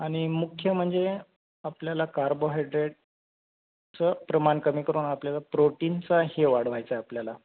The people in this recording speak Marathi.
आणि मुख्य म्हणजे आपल्याला कार्बोहायड्रेटचं प्रमाण कमी करून आपल्याला प्रोटीनचा हे वाढवायचांय आपल्याला